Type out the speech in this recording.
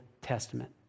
Testament